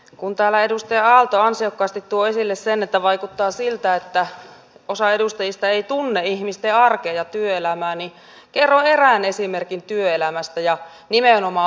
kun täällä edustaja aalto ansiokkaasti toi esille sen että vaikuttaa siltä että osa edustajista ei tunne ihmisten arkea ja työelämää niin kerron erään esimerkin työelämästä ja nimenomaan opetusalalta